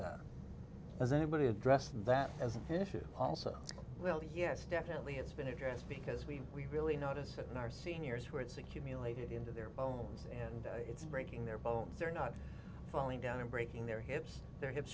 that as anybody addressed that as an issue also well yes definitely it's been addressed because we really notice it in our seniors where it's accumulated into their bones and it's breaking their bones are not falling down and breaking their hips